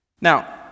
Now